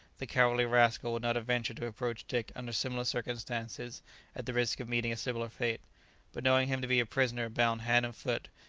the cowardly rascal would not have ventured to approach dick under similar circumstances at the risk of meeting a similar fate but knowing him to be a prisoner bound hand and foot,